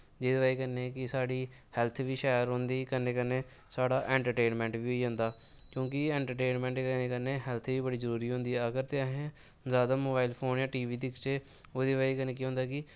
जेह्दी बज़ह कन्नै कि साढ़ी हैल्थ बी शैल रौंह्दी कन्नै कन्नै साढ़ै इंट्रटेनमैंट बी होई जंदा क्योंकि इंट्रटेनमैं दे कन्नै हैल्थ बी बड़ी जरूरी होंदी ऐ अगर ते असैं जादा मोबाईल फोन जां टी बी दिखचै ओह्दी बज़ह कन्नै केह् होंदा कि